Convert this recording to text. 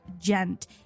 gent